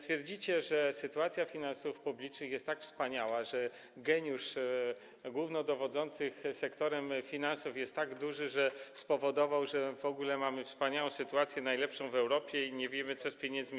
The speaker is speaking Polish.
Twierdzicie, że sytuacja finansów publicznych jest tak wspaniała i że geniusz głównodowodzących sektorem finansów jest tak duży, że spowodował, że w ogóle mamy wspaniałą sytuację - najlepszą w Europie - i nie wiemy, co zrobić z pieniędzmi.